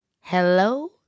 hello